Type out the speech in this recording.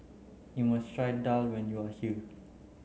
you must try Daal when you are here